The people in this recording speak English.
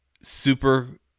super